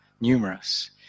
numerous